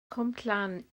cwmllan